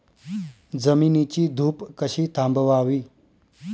जमिनीची धूप कशी थांबवावी?